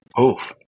Oof